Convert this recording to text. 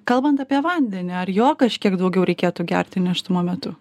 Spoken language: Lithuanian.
kalbant apie vandenį ar jo kažkiek daugiau reikėtų gerti nėštumo metu